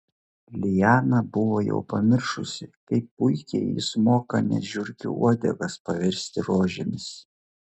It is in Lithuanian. liana buvo jau pamiršusi kaip puikiai jis moka net žiurkių uodegas paversti rožėmis